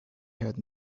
had